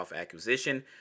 acquisition